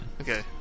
Okay